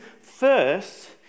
first